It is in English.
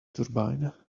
turbine